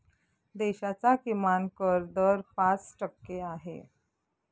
देशाचा किमान कर दर पाच टक्के आहे